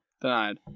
denied